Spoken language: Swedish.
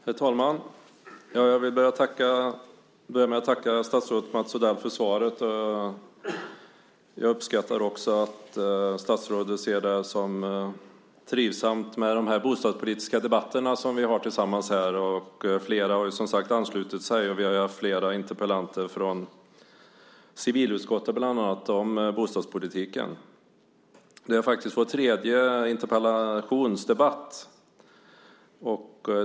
Herr talman! Jag vill börja med att tacka statsrådet Mats Odell för svaret. Jag uppskattar också att statsrådet ser det som trivsamt med de bostadspolitiska debatter vi har tillsammans här. Flera har anslutit sig, och vi har haft flera interpellanter från bland annat civilutskottet som ställt frågor om bostadspolitiken. Det är vår tredje interpellationsdebatt.